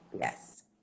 Yes